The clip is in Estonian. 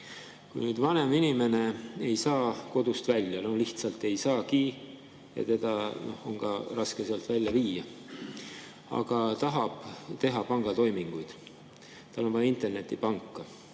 Kui vanem inimene ei saa kodust välja, no lihtsalt ei saagi ja teda on raske sealt välja viia, aga tahab teha pangatoiminguid, tal on vaja internetipanka,